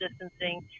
distancing